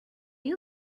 you